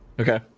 Okay